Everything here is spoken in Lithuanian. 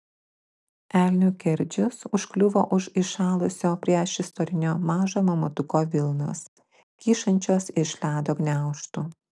elnių kerdžius užkliuvo už įšalusio priešistorinio mažo mamutuko vilnos kyšančios iš ledo gniaužtų